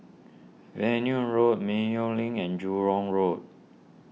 Venus Road Mayo Linn and Jurong Road